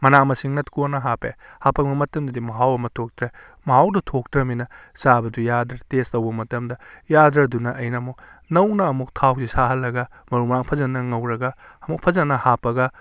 ꯃꯅꯥ ꯃꯁꯤꯡꯅ ꯀꯣꯟꯅ ꯍꯥꯞꯄꯦ ꯍꯥꯞꯄꯕ ꯃꯇꯨꯡꯗꯗꯤ ꯃꯍꯥꯎ ꯑꯃ ꯊꯣꯡꯇ꯭ꯔꯦ ꯃꯍꯥꯎꯗꯨ ꯊꯣꯛꯇ꯭ꯔꯃꯤꯅ ꯆꯥꯕꯗꯨ ꯌꯥꯗ꯭ꯔꯦ ꯇꯦꯁ ꯇꯧꯕ ꯃꯇꯝꯗ ꯌꯥꯗ꯭ꯔꯗꯨꯅ ꯑꯩꯅ ꯑꯃꯨꯛ ꯅꯧꯅ ꯑꯃꯨꯛ ꯊꯥꯎꯁꯤ ꯁꯥꯍꯜꯂꯒ ꯃꯔꯨ ꯃꯔꯥꯡ ꯐꯖꯅ ꯉꯧꯔꯒ ꯑꯃꯨꯛ ꯐꯖꯅ ꯍꯥꯞꯄꯒ